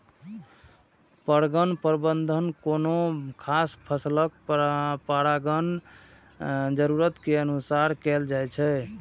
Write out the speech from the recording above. परगण प्रबंधन कोनो खास फसलक परागण जरूरत के अनुसार कैल जाइ छै